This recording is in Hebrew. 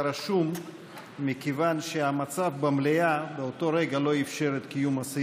רשום מכיוון שהמצב במליאה באותו רגע לא אפשר את קיומו,